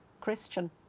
Christian